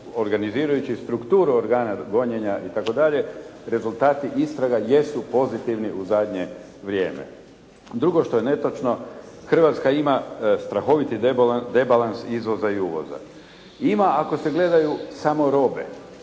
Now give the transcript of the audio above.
organizirajući strukturu organa gonjenja itd. rezultati istraga jesu pozitivni u zadnje vrijeme. Drugo što je netočno, Hrvatska ima strahoviti debalans izvoza i uvoza. Ima, ako se gledaju samo robe,